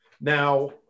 Now